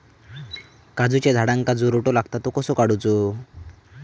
काजूच्या झाडांका जो रोटो लागता तो कसो काडुचो?